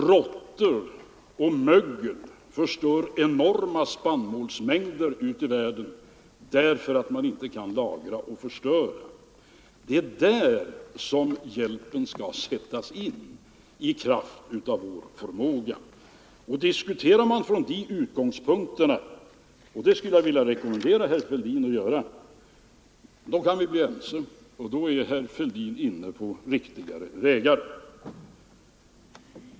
Råttor och mögel förstör enorma spannmålsmängder ute i världen därför att man inte kan lagra och förvara. Det är där hjälpen skall sättas in i kraft av vår förmåga. Och diskuterar man utifrån de utgångspunkterna — det skulle jag vilja rekommendera herr Fälldin att göra — kan vi bli ense, och då är herr Fälldin inne på en riktigare väg.